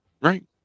Right